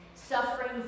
Suffering